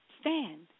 stand